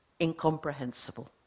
incomprehensible